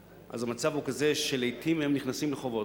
אז המצב הוא כזה שלעתים הם נכנסים לחובות.